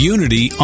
Unity